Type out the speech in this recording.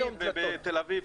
במטרונית ובתל אביב, שני קווים.